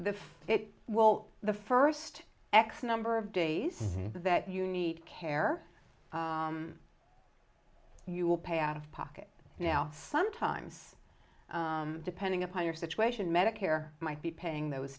the well the first x number of days that you need care you will pay out of pocket now sometimes depending upon your situation medicare might be paying those